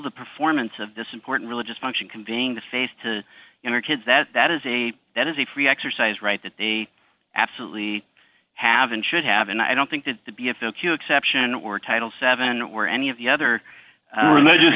the performance of this important religious function can being the face to her kids that that is a that is a free exercise right that they absolutely have and should have and i don't think that to be at the exception or title seven or any of the other religious